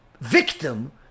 victim